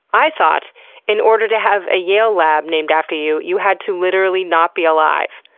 i thought in order to have a yale lab named after you, you had to literally not be alive.